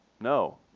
No